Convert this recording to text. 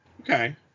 Okay